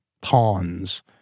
pawns